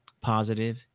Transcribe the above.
positive